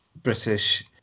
British